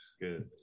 Good